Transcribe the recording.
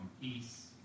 peace